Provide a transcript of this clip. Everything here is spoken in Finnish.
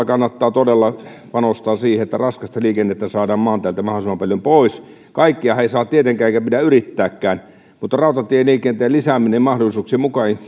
kannattaa todella panostaa siihen että raskasta liikennettä saadaan maanteiltä mahdollisimman paljon pois kaikkea ei saa tietenkään eikä pidä yrittääkään mutta rautatieliikennettä olisi lisättävä mahdollisuuksien mukaan